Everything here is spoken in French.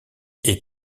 est